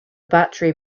battery